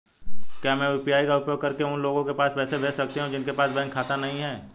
क्या मैं यू.पी.आई का उपयोग करके उन लोगों के पास पैसे भेज सकती हूँ जिनके पास बैंक खाता नहीं है?